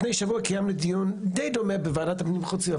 לפני שבוע קיימנו דיון די דומה בוועדת איכות הסביבה,